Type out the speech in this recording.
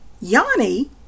Yanni